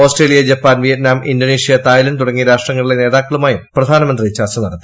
Australia Japan Vietnam Indonesia Thailand തുടങ്ങിയ രാഷ്ട്രങ്ങളിലെ നേതാക്കളുമായും പ്രധാനമന്ത്രി ചർച്ച നടത്തി